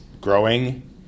growing